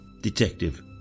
Detective